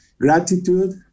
Gratitude